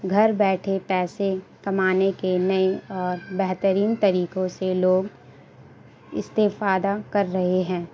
گھر بیٹھے پیسے کمانے کے نئے اور بہترین طریقوں سے لوگ استفادہ کر رہے ہیں